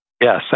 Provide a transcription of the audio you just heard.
Yes